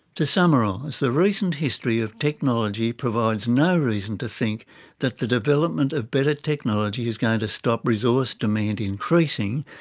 to summarise, the recent history of technology provides no reason to think that the development of better technology is going to stop resource demand increasing,